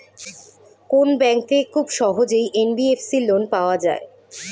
কোন ব্যাংক থেকে খুব সহজেই এন.বি.এফ.সি লোন পাওয়া যায়?